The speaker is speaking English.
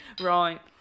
Right